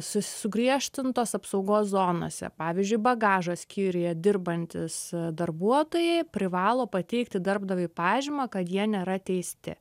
sugriežtintos apsaugos zonose pavyzdžiui bagažo skyriuje dirbantys darbuotojai privalo pateikti darbdaviui pažymą kad jie nėra teisti